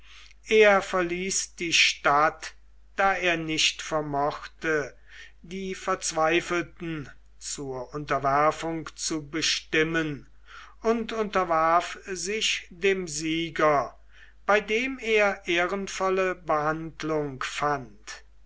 er verließ die stadt da er nicht vermochte die verzweifelten zur unterwerfung zu bestimmen und unterwarf sich dem sieger bei dem er ehrenvolle behandlung fand